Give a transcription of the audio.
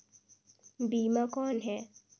बीमा कौन है?